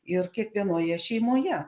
ir kiekvienoje šeimoje